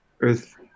earth